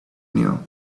knew